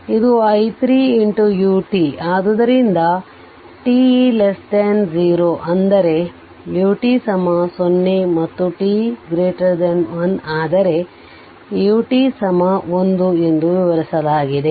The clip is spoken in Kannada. ಇದು i 3 ut ಆದ್ದರಿಂದ t 0 ಅಂದರೆ ut 0 ಮತ್ತು t 1 ಆದರೆ ut 1 ಎಂದು ವಿವರಿಸಲಾಗಿದೆ